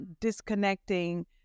disconnecting